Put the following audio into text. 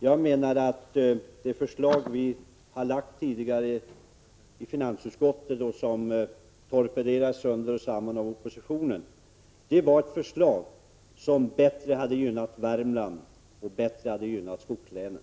Jag menar att det förslag vi har framlagt tidigare i finansutskottet och som torpederades sönder och samman av oppositionen var ett förslag som bättre hade gynnat Värmland och som bättre hade gynnat skogslänen.